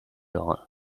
all